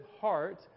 heart